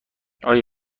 آیا